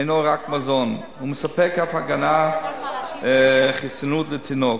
אינו רק מזון: הוא מספק אף הגנה חיסונית לתינוק.